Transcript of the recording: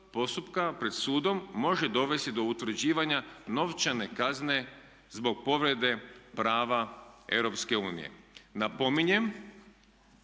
pred sudom može dovesti do utvrđivanja novčane kazne zbog povrede prava Europske unije.